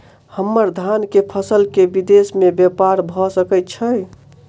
हम्मर धान केँ फसल केँ विदेश मे ब्यपार भऽ सकै छै?